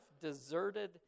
deserted